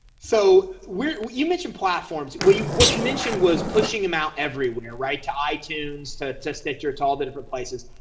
so we you mentioned platforms we what you mentioned was pushing them out everywhere right to itunes to test that you're told the different places.